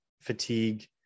fatigue